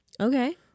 Okay